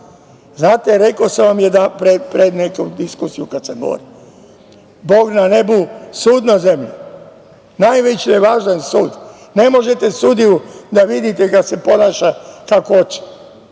Znate, rekao sam vam pre neku diskusiju kad sam govorio, Bog na nebu, sud na zemlji. Najviše je važan sud. Ne možete sudiju da vidite da se ponaša kako hoće.